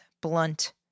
blunt